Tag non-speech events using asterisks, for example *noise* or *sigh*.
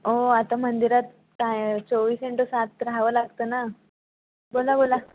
अहो आता मंदिरात *unintelligible* चोवीस इंटू सात राहावं लागतं ना बोला बोला